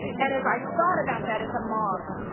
and as i thought about that as a mom,